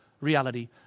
reality